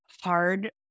hard